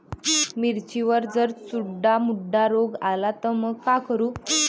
मिर्चीवर जर चुर्डा मुर्डा रोग आला त मंग का करू?